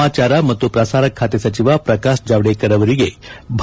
ಸಮಾಚಾರ ಮತ್ತು ಪ್ರಸಾರ ಖಾತೆ ಸಚಿವ ಪ್ರಕಾಶ್ ಜಾವಡೇಕರ್ ಅವರಿಗೆ